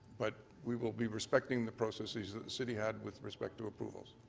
but we will be respecting the processes that the city had with respect to approvals.